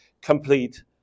complete